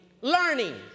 learning